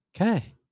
Okay